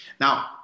now